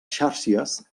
xàrcies